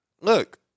Look